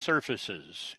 surfaces